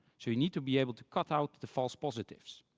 so you need to be able to cut out the false positives.